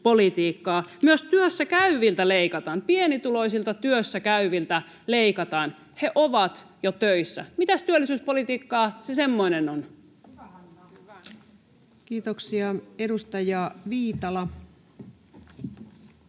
Myös työssäkäyviltä leikataan, pienituloisilta työssäkäyviltä leikataan. He ovat jo töissä. Mitäs työllisyyspolitiikkaa se semmoinen on? [Speech 100] Speaker: